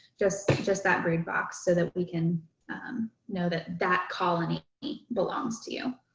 just just that brood box so that we can know that that colony belongs to you.